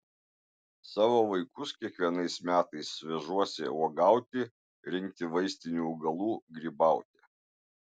savo vaikus kiekvienais metais vežuosi uogauti rinkti vaistinių augalų grybauti